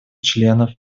членов